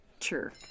Sure